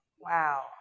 Wow